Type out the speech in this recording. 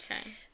Okay